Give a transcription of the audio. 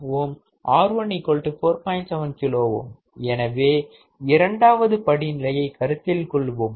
7k எனவே இரண்டாவது படிநிலையை கருத்தில் கொள்வோம்